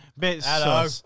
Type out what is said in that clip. Hello